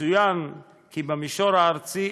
יצוין כי במישור הארצי,